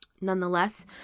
nonetheless